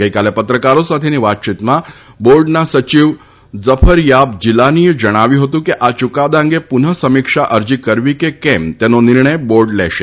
ગઈકાલે પત્રકારો સાથે વાતચીત કરતાં બોર્ડના સચિવ ઝફરયાબ જીલાનીએ જણાવ્યું હતું કે આ ચૂકાદા અંગે પુનઃ સમીક્ષા અરજી કરવી કે કેમ તેનો નિર્ણય બોર્ડ લેશે